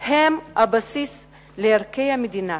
הם הבסיס לערכי המדינה